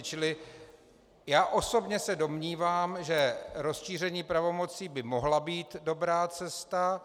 Čili já osobně se domnívám, že rozšíření pravomocí by mohla být dobrá cesta.